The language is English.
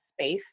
space